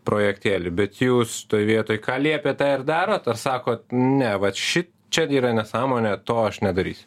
projektėlį bet jūs toj vietoj ką liepia tą ir darot ar sakot ne vat ši čia yra nesąmonė to aš nedarysiu